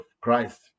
Christ